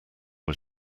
was